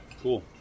Cool